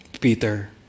Peter